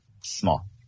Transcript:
small